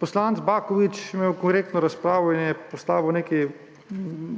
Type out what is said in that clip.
Poslanec Baković je imel korektno razpravo in je postavil nekaj